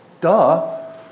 Duh